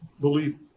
believe